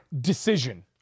decision